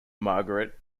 margaret